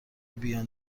بیان